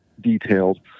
detailed